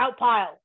Outpile